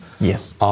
Yes